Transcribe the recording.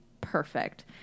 perfect